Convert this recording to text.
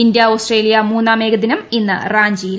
India Australia മൂന്നാം ഏകദിനം ഇന്ന് റാഞ്ചിയിൽ